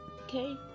okay